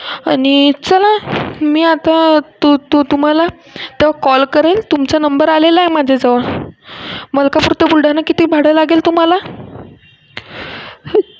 आणि चला मी आता तू तू तुम्हाला तेव्हा कॉल करेल तुमचा नंबर आलेला आहे माझ्याजवळ मलकापूर ते बुलढाणा किती भाडं लागेल तुम्हाला